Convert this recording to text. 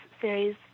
series